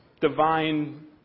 divine